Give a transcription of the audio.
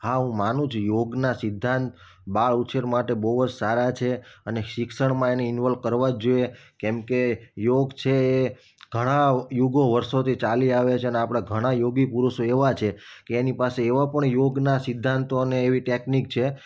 હા હું માનું છું યોગના સિધ્ધાંત બાળ ઉછેર માટે બહુ જ સારા છે અને શિક્ષણમાં એને ઇનવોલ્વ કરવા જ જોઈએ કેમકે યોગ છે એ ઘણા યુગો વર્ષોથી ચાલી આવે છે ને આપણા ઘણા યોગી પુરુષો એવા છે કે એની પાસે એવા પણ યોગના સિધ્ધાંતો અને એવી ટેકનિક છે